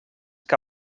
que